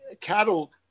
cattle